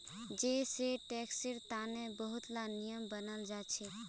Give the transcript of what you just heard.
जै सै टैक्सेर तने बहुत ला नियम बनाल जाछेक